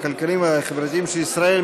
הכלכליים והחברתיים של ישראל,